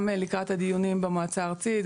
גם לקראת הדיונים במועצה הארצית,